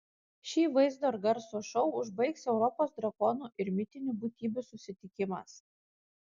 šį vaizdo ir garso šou užbaigs europos drakonų ir mitinių būtybių susitikimas